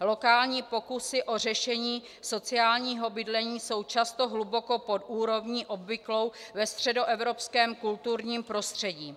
Lokální pokusy o řešení sociálního bydlení jsou často hluboko pod úrovní obvyklou ve středoevropském kulturním prostředí.